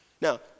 Now